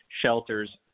shelters